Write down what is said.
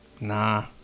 Nah